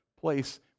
place